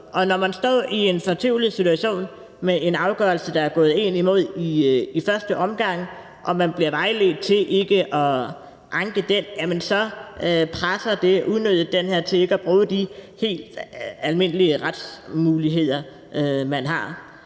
Og når man står i en fortvivlet situation med en afgørelse, der er gået en imod i første omgang, og man bliver vejledt til ikke at anke den, så presser det en unødigt til ikke at bruge de helt almindelige retsmuligheder, man har.